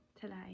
today